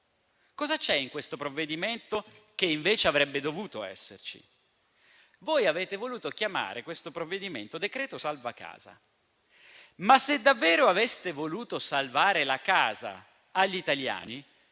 non c'è in questo provvedimento che invece avrebbe dovuto esserci? Voi avete voluto chiamare questo provvedimento decreto salva casa. Ma se davvero aveste voluto salvare la casa agli italiani,